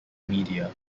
media